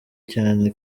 cyane